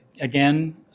again